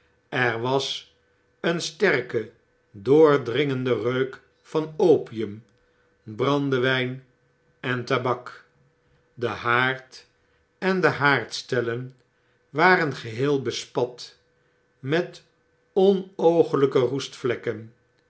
er was een sterke doordringende reuk van opium brandewyn en tabak de haard en de haardstellen waren geheel bespat met